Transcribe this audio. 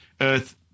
Earth